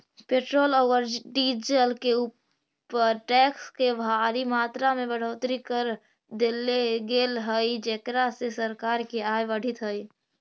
petrol औउर diesel के ऊपर टैक्स के भारी मात्रा में बढ़ोतरी कर देले गेल हई जेकरा से सरकार के आय बढ़ीतऽ हई